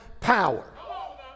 power